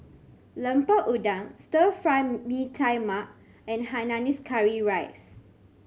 Lemper Udang Stir Fry Mee Tai Mak and hainanese curry rice